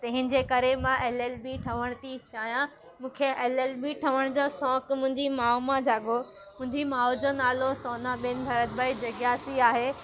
तंहिंजे करे मां एल एल बी ठहण थी चाहियां मूंखे एल एल बी ठहण जो शौक़ु मुंहिंजी माउ मां जागो मुंहिंजी माउ जो नालो सोना बेन भरत भाई जगियासी आहे